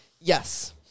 yes